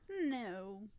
No